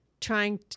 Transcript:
trying